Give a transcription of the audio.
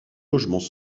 logements